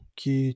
que